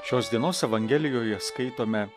šios dienos evangelijoje skaitome